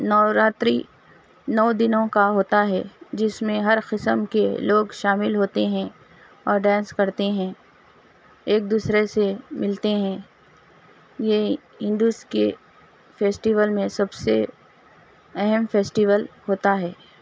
نوراتری نو دنوں کا ہوتا ہے جس میں ہر قسم کے لوگ شامل ہوتے ہیں اور ڈینس کرتے ہیں ایک دوسرے سے ملتے ہیں یہ ہندو کے فیسٹول میں سب سے اہم فیسٹول ہوتا ہے